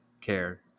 care